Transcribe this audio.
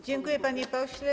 Dziękuję, panie pośle.